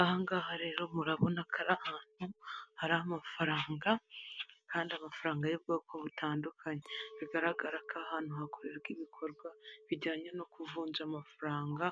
Aha ngaha rero murabona ko ari ahantu hari amafaranga kandi amafaranga y'ubwoko butandukanye, bigaragara ko aha hantu hakorerwa ibikorwa bijyanye no kuvunja amafaranga,